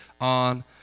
on